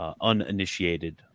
uninitiated